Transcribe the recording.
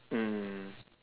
mm